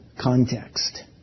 context